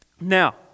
Now